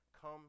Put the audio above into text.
Come